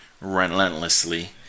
relentlessly